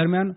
दरम्यान